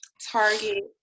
Target